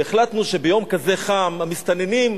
והחלטנו שביום כזה חם המסתננים,